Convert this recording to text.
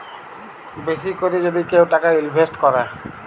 বেশি ক্যরে যদি কেউ টাকা ইলভেস্ট ক্যরে